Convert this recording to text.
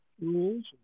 rules